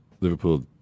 Liverpool